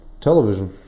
television